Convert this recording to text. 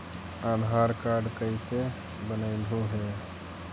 आधार card कईसे बनैलहु हे?